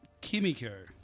Kimiko